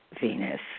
Venus